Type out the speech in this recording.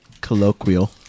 colloquial